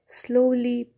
slowly